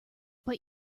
but